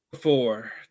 four